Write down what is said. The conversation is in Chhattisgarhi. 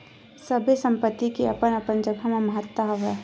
सबे संपत्ति के अपन अपन जघा म महत्ता हवय